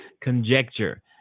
conjecture